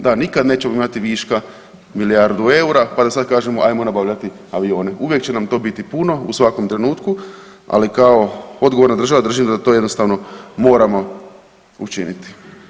Da, nikad nećemo imati viška milijardu eura pa da sad kažemo ajmo nabavljati avione, uvijek će nam to biti puno u svakom trenutku, ali kao odgovorna država držim da to jednostavno moramo učiniti.